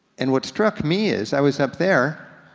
and what struck me is, i was up there,